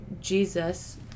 Jesus